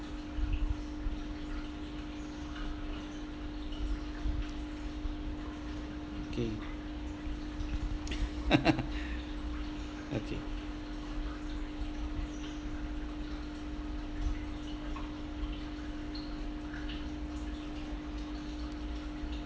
okay okay